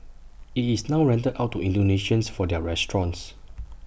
IT is now rented out to Indonesians for their restaurant